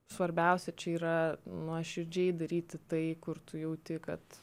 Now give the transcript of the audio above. svarbiausia čia yra nuoširdžiai daryti tai kur tu jauti kad